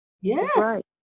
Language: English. Yes